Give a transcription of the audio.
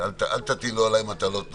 אל תטילו עליי מטלות נוספות,